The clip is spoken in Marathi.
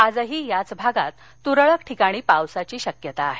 आजही याच भागात तुरळक ठिकाणी पावसाची शक्यता आहे